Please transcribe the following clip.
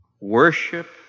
Worship